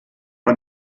bei